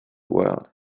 world